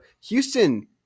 Houston